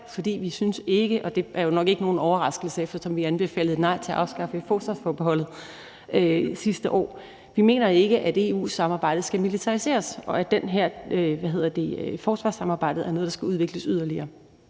for vi synes ikke – og det er nok ikke nogen overraskelse, eftersom vi anbefalede et nej til at afskaffe forsvarsforbeholdet sidste år – at EU-samarbejdet skal militariseres, og at det her forsvarssamarbejde er noget, der skal udvikles yderligere.